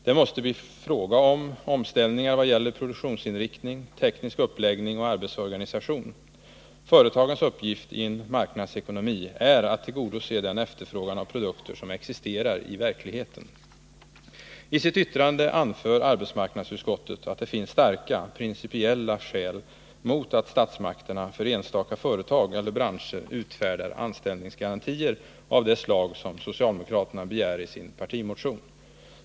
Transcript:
Det måste bli fråga om omställningar vad gäller produktionsinriktning, teknisk uppläggning och arbetsorganisation. Företagens uppgift i en marknadsekonomi är att tillgodose den efterfrågan av produkter som existerar i verkligheten. I sitt yttrande anför arbetsmarknadsutskottet att det finns starka principiella skäl mot att statsmakterna för enstaka företag eller branscher utfärdar anställningsgarantier av det slag som socialdemokraterna begär i sin partimotion.